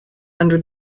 under